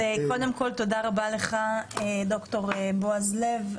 תודה רבה לך, ד"ר בועז לב.